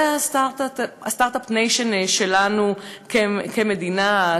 זה ה-start-up nation שלנו כמדינה,